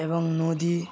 এবং নদীর